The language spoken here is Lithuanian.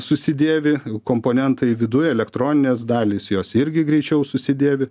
susidėvi komponentai viduj elektroninės dalys jos irgi greičiau susidėvi